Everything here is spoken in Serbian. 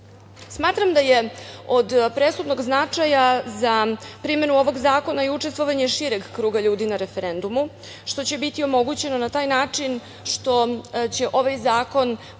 da je od presudnog značaja za primenu ovog zakona i učestvovanje šireg kruga ljudi na referendumu, što će biti omogućeno na taj način što će ovaj zakon